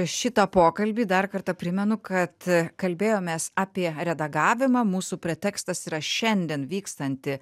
šitą pokalbį dar kartą primenu kad kalbėjomės apie redagavimą mūsų pretekstas yra šiandien vykstanti